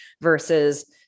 Versus